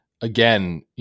again